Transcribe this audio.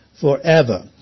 forever